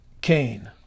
Cain